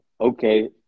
Okay